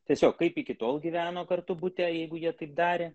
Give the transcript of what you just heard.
tiesiog kaip iki tol gyveno kartu bute jeigu jie taip darė